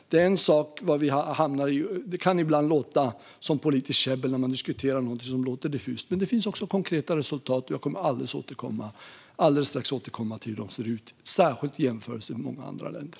Det kan ibland låta som politiskt käbbel när man diskuterar något som låter diffust. Men det finns också konkreta resultat, och jag kommer alldeles strax att återkomma till hur de ser ut - särskilt i jämförelse med många andra länder.